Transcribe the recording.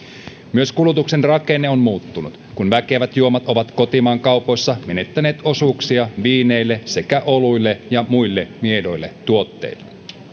myös kulutuksen rakenne on muuttunut kun väkevät juomat ovat kotimaan kaupoissa menettäneet osuuksia viineille sekä oluille ja muille miedoille tuotteille